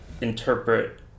interpret